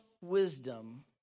wisdom